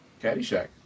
Caddyshack